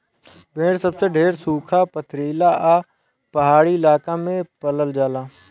भेड़ सबसे ढेर सुखा, पथरीला आ पहाड़ी इलाका में पालल जाला